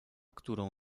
którą